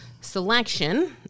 selection